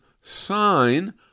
sign